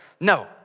No